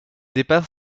dépeint